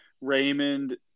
Raymond